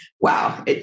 wow